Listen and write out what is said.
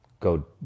Go